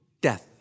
death